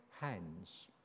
hands